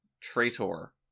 traitor